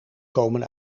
komen